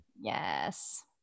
Yes